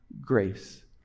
grace